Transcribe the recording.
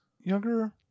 younger